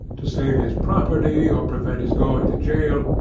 to save his property, or prevent his going to jail,